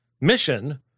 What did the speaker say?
mission